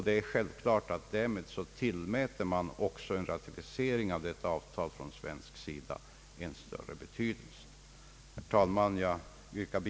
Herr talman! Jag yrkar bifall till utskottets hemställan.